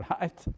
right